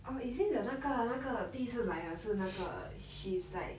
oh is it the 那个那个第一次来的是那个 he is like